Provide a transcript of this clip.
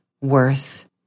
worth